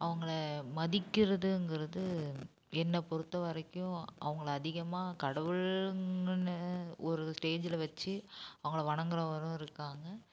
அவங்கள மதிக்கிறதுங்கிறது என்ன பொறுத்தவரைக்கும் அவங்கள அதிகமாக கடவுள்லுன்னு ஒரு ஸ்டேஜில் வச்சு அவங்கள வணங்குறவரும் இருக்காங்க